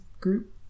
group